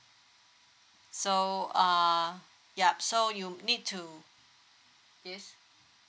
so err yup so you need to yes